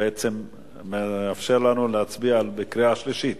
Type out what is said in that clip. בעצם מאפשר לנו להצביע בקריאה שלישית.